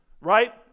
Right